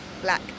Black